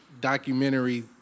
documentary